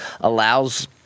allows –